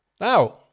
Now